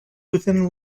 within